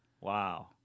Wow